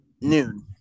noon